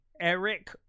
eric